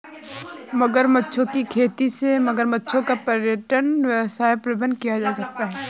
मगरमच्छों की खेती से मगरमच्छों का पर्यटन व्यवसाय प्रारंभ किया जा सकता है